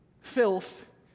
filth